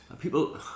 People